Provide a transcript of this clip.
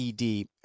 ED